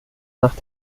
nach